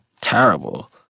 terrible